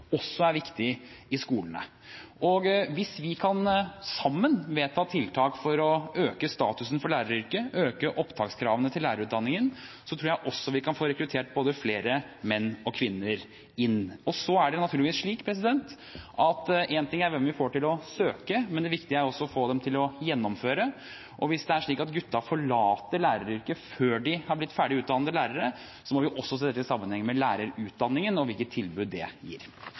skolene. Hvis vi sammen kan vedta tiltak for å øke statusen for læreryrket og øke opptakskravene til lærerutdanningen, tror jeg også vi kan få rekruttert både flere menn og flere kvinner. Én ting er hvem vi får til å søke, men det viktige er å få dem til å gjennomføre. Hvis det er slik at gutta forlater læreryrket før de er blitt ferdig utdannede lærere, må vi også se det i sammenheng med lærerutdanningen og hvilke tilbud den gir.